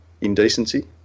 indecency